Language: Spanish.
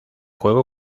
juego